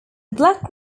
black